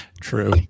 True